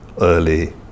early